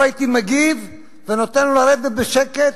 לא הייתי מגיב ונותן לו לרדת בשקט,